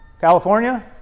california